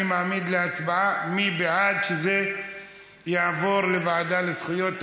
אני מעמיד להצבעה, מי בעד שזה יעבור להמשך